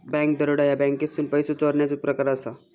bank दरोडा ह्या बँकेतसून पैसो चोरण्याचो प्रकार असा